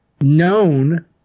known